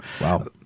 Wow